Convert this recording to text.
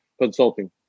consulting